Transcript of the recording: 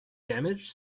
damage